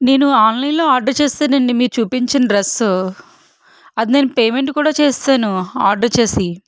నేను ఆన్లైన్లో ఆర్డర్ చేసానండి మీరు చూపించిన డ్రస్సు అది నేను పేమెంట్ కూడా చేసేసాను ఆర్డర్ చేసి